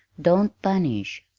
don't punish,